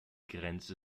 grenze